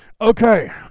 Okay